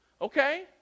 okay